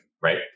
Right